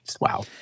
Wow